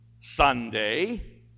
Sunday